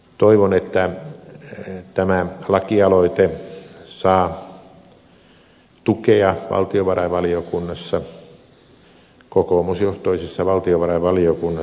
toivon että tämä lakialoite saa tukea kokoomusjohtoisessa valtiovarainvaliokunnassa